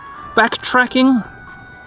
backtracking